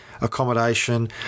accommodation